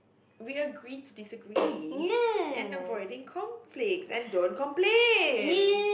we agree to disagree and avoiding conflicts and don't complain